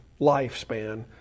lifespan